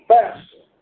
Faster